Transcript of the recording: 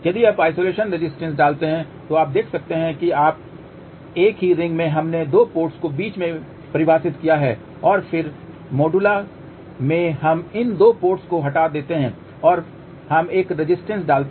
यदि आप isolation resistance डालते हैं तो आप देख सकते हैं कि अब एक ही रिंग में हमने 2 पोर्टस को बीच में परिभाषित किया है और फिर मोडुआ में हम इन दो पोर्टस को हटा देते हैं और हम एक रेजिस्टेंस डालते हैं